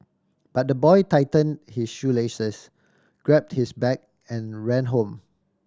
but the boy tightened his shoelaces grabbed his bag and ran home